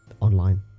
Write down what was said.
online